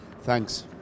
Thanks